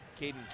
Caden